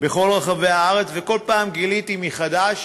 בכל רחבי הארץ, וכל פעם גיליתי מחדש